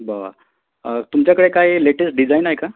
बर तुमच्याकडे काही लेटेस्ट डिझाईन आहे का